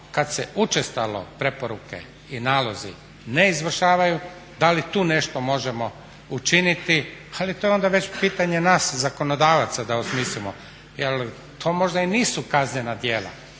kad se učestalo preporuke i nalozi ne izvršavaju, da li tu nešto možemo učiniti ali to je onda već pitanje nas zakonodavaca da osmislimo jer to možda i nisu kaznena djela